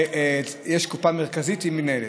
יש קופה מרכזית שמנהלת.